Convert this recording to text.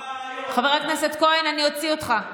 חבר הכנסת כהן, אני אוציא אותך.